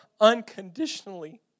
unconditionally